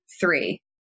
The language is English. three